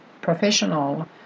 professional